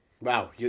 Wow